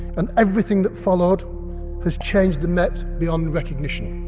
and everything that followed has changed the met. beyond recognition.